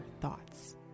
thoughts